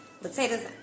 Potatoes